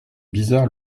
bizarre